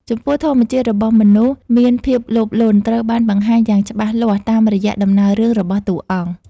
ចំពោះធម្មជាតិរបស់មនុស្សមានភាពលោភលន់ ត្រូវបានបង្ហាញយ៉ាងច្បាស់លាស់តាមរយៈដំណើររឿងរបស់តួអង្គ។